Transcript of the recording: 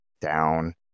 down